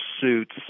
suits